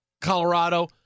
Colorado